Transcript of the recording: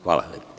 Hvala.